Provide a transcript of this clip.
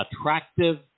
attractive